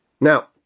Now